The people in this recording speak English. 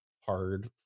hard